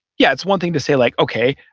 yeah. it's one thing to say like, okay,